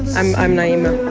um i'm naima.